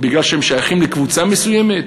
כי הם שייכים לקבוצה מסוימת?